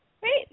Great